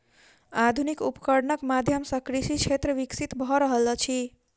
आधुनिक उपकरणक माध्यम सॅ कृषि क्षेत्र विकसित भ रहल अछि